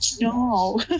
No